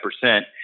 percent